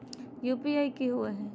UPI की होवे हय?